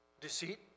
Deceit